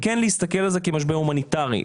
וכן להסתכל על זה כמשבר הומניטרי.